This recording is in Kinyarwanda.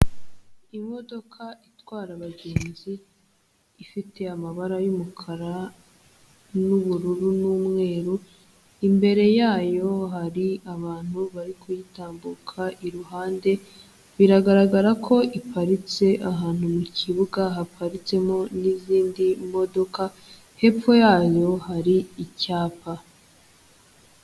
Imodoka itwara abagenzi ifite amabara y'umukara n'ubururu n'umweru, imbere yayo hari abantu bari kuyitambuka iruhande, biragaragara ko iparitse ahantu mu kibuga haparitsemo n'izindi modoka, hepfo yayo hari icyapa.